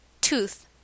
Tooth